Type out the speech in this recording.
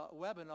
webinar